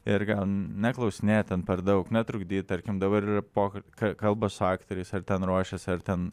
ir gal neklausinėt ten per daug netrukdyt tarkim dabar yra pokalb ka kalba su aktoriais ar ten ruošiasi ar ten